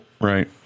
Right